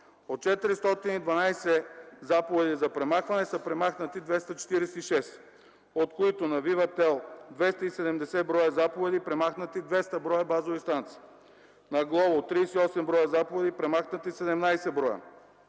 От 412 заповеди за премахване са премахнати 246, от които на „Вивател” – 270 броя заповеди – премахнати 200 броя базови станции; на „Глобул” – 38 броя заповеди, премахнати 17 броя;